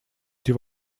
эти